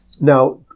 Now